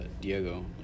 Diego